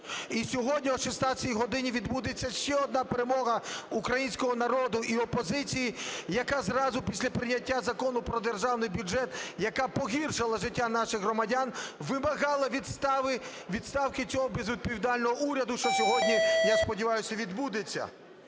І сьогодні о 16 годині відбудеться ще одна перемога українського народу і опозиції, яка зразу після прийняття Закону про Державний бюджет, яка погіршила життя наших громадян, вимагала відставки цього безвідповідального уряду, що сьогодні, я сподіваюся, відбудеться.